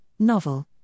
novel